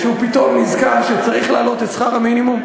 שהוא פתאום נזכר שצריך להעלות את שכר המינימום,